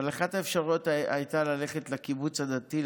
אבל אחת האפשרויות הייתה ללכת לקיבוץ הדתי,